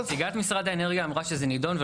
נציגת משרד האנרגיה אמרה שזה נידון.